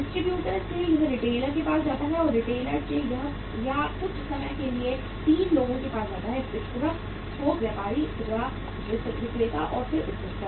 distributor से यह retailer के पास जाता है और रिटेलर से यह या कुछ समय के लिए 3 लोगों के पास जाता है वितरक थोक व्यापारी खुदरा विक्रेता और फिर उपभोक्ता